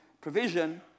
provision